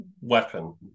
weapon